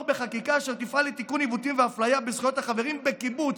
בחקיקה אשר תפעל לתיקון עיוותים ואפליה בזכויות החברים בקיבוץ",